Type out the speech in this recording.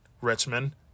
Richmond